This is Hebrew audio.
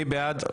מי בעד?